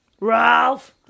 Ralph